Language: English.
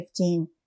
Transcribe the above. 15